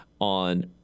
on